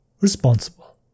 responsible